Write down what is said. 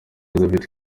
david